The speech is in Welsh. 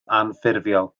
anffurfiol